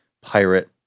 pirate